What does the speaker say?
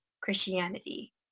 Christianity